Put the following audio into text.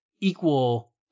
equal